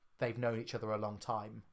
they've-known-each-other-a-long-time